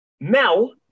mel